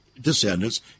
descendants